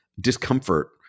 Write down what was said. discomfort